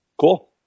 Cool